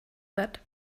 that